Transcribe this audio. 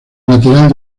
lateral